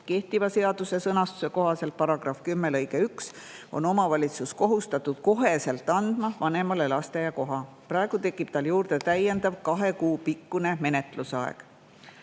Kehtiva seaduse sõnastuse kohaselt, § 10 lõige 1, on omavalitsus kohustatud otsekohe andma vanemale lasteaiakoha. Praegu tekib tal juurde täiendav kahe kuu pikkune menetlusaeg.